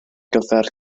gyfer